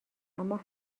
اما